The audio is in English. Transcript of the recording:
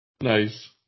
Nice